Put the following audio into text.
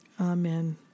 amen